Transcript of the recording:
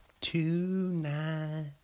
Tonight